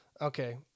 Okay